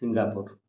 Singapore